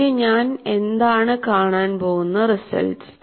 പിന്നെ ഞാൻ എന്താണ് കാണാൻ പോകുന്ന റിസൾട്സ്